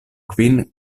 kvin